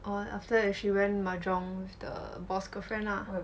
orh then after that she went mahjong with the boss girlfriend lah